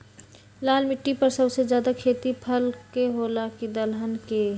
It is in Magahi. लाल मिट्टी पर सबसे ज्यादा खेती फल के होला की दलहन के?